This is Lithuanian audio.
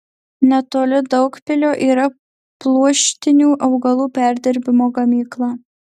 netoli daugpilio yra pluoštinių augalų perdirbimo gamykla